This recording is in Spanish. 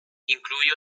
incluye